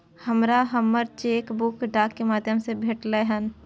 हमरा हमर cheque book डाक के माध्यम से भेटलय हन